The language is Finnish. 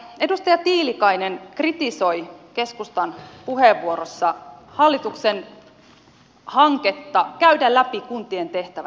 edustaja tiilikainen kritisoi keskustan puheenvuorossa hallituksen hanketta käydä läpi kuntien tehtävät ja velvoitteet